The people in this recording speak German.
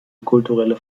kulturelle